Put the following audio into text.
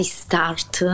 start